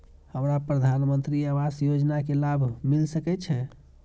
हमरा प्रधानमंत्री आवास योजना के लाभ मिल सके छे?